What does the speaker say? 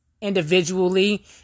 individually